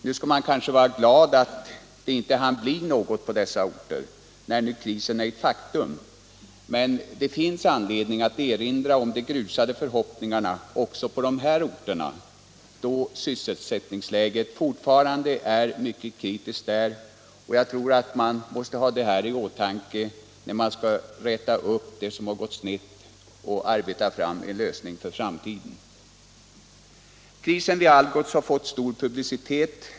Nu bör man kanske vara glad över att det inte hann bli någon satsning på dessa orter, eftersom krisen är ett faktum, men det finns anledning erinra om de grusade förhoppningarna också i dessa orter, då sysselsättningsläget fortfarande är mycket kritiskt där. Jag tror att man måste ha detta i åtanke när man skall försöka rätta till det som gått snett och utarbeta en lösning för framtiden. Krisen vid Algots har fått stor publicitet.